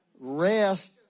Rest